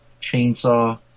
chainsaw